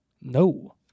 No